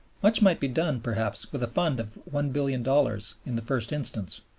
much might be done, perhaps, with a fund of one billion dollars in the first instance.